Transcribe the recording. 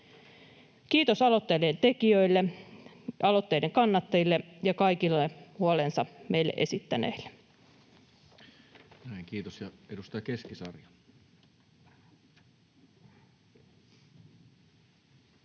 Kiitos aloitteiden tekijöille, aloitteiden kannattajille ja kaikille huolensa meille esittäneille. Näin, kiitos. — Ja edustaja Keskisarja.